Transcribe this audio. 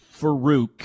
Farouk